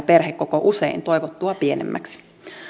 perhekoko usein toivottua pienemmäksi